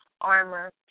armor